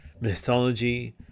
mythology